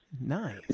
Nice